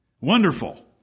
Wonderful